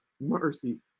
mercy